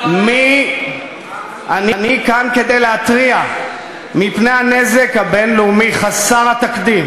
אני כאן כדי להתריע מפני הנזק הבין-לאומי חסר התקדים